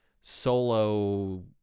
solo